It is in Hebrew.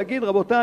יגיד: רבותי,